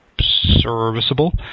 serviceable